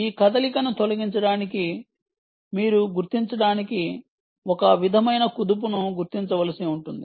ఈ కదలికను తొలగించడానికి మీరు గుర్తించడానికి ఒక విధమైన కుదుపును గుర్తించవలసి ఉంటుంది